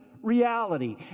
Reality